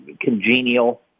congenial